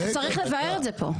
צריך לבאר את זה פה.